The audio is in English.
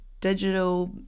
digital